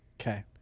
Okay